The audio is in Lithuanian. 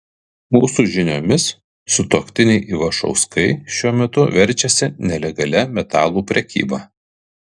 mūsų žiniomis sutuoktiniai ivašauskai šiuo metu verčiasi nelegalia metalų prekyba